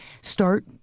start